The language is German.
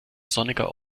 sonniger